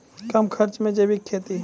कम खर्च मे जैविक खेती?